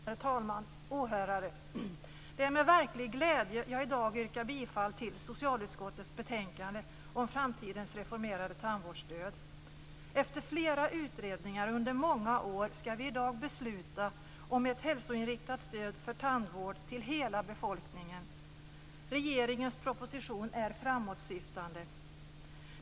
Herr talman och åhörare! Det är med verklig glädje som jag i dag yrkar bifall till hemställan i socialutskottets betänkande om framtidens reformerade tandvårdsstöd. Efter flera utredningar, under många år, skall vi i dag besluta om ett hälsoinriktat stöd för tandvård till hela befolkningen. Regeringens proposition är framåtsyftande.